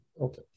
Okay